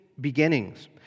Beginnings